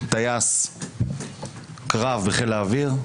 טייס קרב בחיל האוויר,